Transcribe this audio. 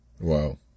Wow